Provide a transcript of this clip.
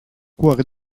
cuore